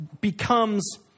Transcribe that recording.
becomes